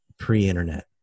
pre-internet